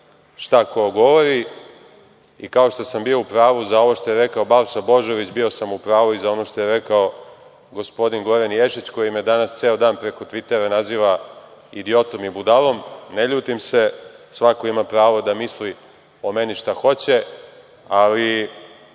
šta ko govori i, kao što sam bio u pravu za ovo što je rekao Balša Božović, bio sam u pravu i za ono što je rekao gospodin Goran Ješić, koji me danas ceo dan preko „Tvitera“ naziva idiotom i budalom. Ne ljutim se, svako ima pravo da misli o meni šta hoće, ali